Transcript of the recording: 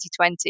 2020